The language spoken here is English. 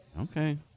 Okay